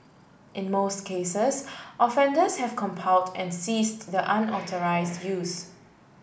in most cases offenders have compiled and ceased the unauthorised use